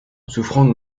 souffrant